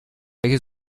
welche